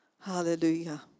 Hallelujah